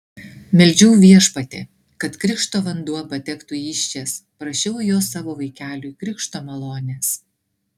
meldžiau viešpatį kad krikšto vanduo patektų į įsčias prašiau jo savo vaikeliui krikšto malonės